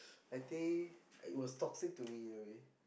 I think it was toxic to me in a way